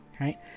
right